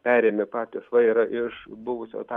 perėmė partijos vairą iš buvusio talino mero